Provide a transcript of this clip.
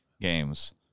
games